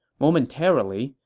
momentarily,